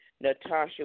Natasha